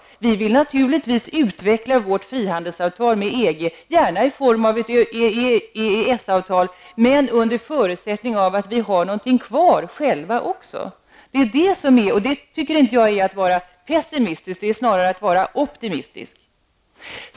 Vi vill naturligtvis utveckla Sveriges frihandelsavtal med EG, gärna i form av ett EES avtal, men under förutsättning att vi i Sverige själva har någonting kvar. Det tycker jag inte är att vara pessimistisk, utan snarare optimistisk.